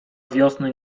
wiosny